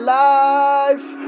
life